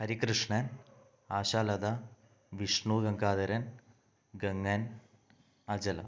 Harikrishnan Ashalatha Vishnu Gangadharan Gangan Achala